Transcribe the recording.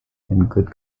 good